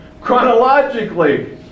chronologically